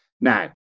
Now